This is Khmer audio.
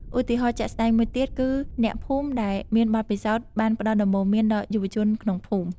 ឧទាហរណ៍ជាក់ស្តែងមួយទៀត គឺអ្នកភូមិដែលមានបទពិសោធន៍បានផ្តល់ដំបូន្មានដល់យុវជនក្នុងភូមិ។